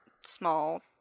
small